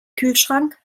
kühlschrank